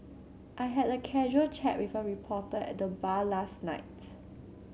I had a casual chat with a reporter at the bar last night